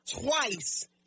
twice